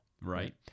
Right